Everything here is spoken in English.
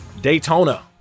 Daytona